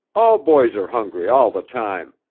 all boys are hungry all the time.